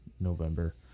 November